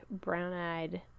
brown-eyed